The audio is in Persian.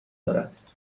دارد